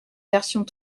versions